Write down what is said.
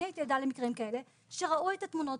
אני הייתי עדה למקרים כאלה שראו את התמונות